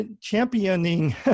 championing